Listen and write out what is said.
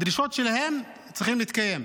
הדרישות שלהם צריכות להתקיים.